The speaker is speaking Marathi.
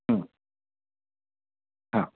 हां